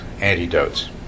antidotes